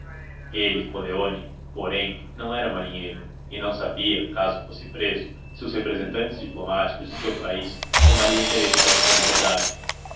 ele coleoni porém não era marinheiro e não sabia caso fosse preso se os representantes diplomáticos de seu país tomariam interesse pela sua liberdade